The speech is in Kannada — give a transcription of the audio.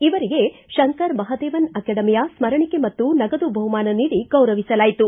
ಇವರಿಗೆ ಶಂಕರ್ ಮಹಾದೇವನ್ ಅಕಾಡೆಮಿಯ ಸ್ಪರಣಿಕೆ ಮತ್ತು ನಗದು ಬಹುಮಾನ ನೀಡಿ ಗೌರವಿಸಲಾಯಿತು